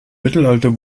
mittelalter